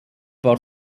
war